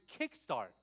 kickstart